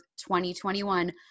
2021